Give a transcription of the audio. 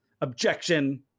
Objection